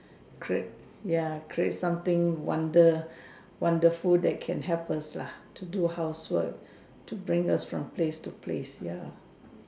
create ya create something wonder wonderful that can help us lah to do housework to bring us from place to place ya